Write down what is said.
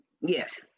Yes